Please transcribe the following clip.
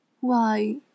Why—